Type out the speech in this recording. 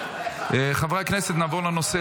חברי הכנסת, נעבור לנושא